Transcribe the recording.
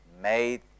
made